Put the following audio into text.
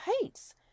hates